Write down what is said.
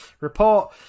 report